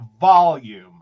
volume